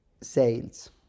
sales